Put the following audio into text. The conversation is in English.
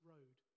Road